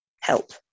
help